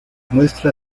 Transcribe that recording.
muestra